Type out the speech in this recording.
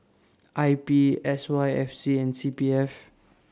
I P S Y F C and C P F